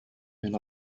and